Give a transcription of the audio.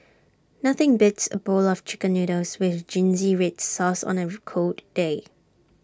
nothing beats A bowl of Chicken Noodles with Zingy Red Sauce on A cold day